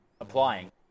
applying